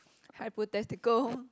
hypothetical